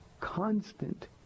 constant